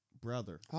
brother